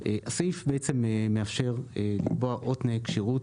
הסעיף מאפשר לקבוע עוד תנאי כשירות,